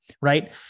right